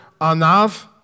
anav